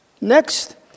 Next